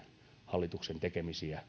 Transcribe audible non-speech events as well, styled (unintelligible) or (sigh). hallituksen tekemisiä (unintelligible)